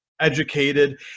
educated